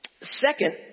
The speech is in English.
second